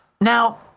Now